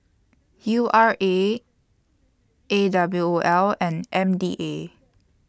U R A A W O L and M D A